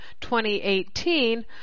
2018